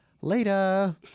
Later